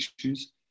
issues